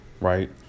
right